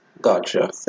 Gotcha